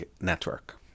network